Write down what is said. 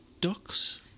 ducks